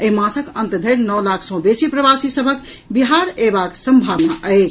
एहि मासक अन्त धरि नओ लाख सँ बेसी प्रवासी सभक बिहार अयबाक सम्भावना अछि